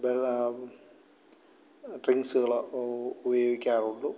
വെള്ളം ഡ്രിങ്ക്സുകളോ ഉപയോഗിക്കാറുള്ളൂ